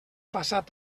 passat